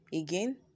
again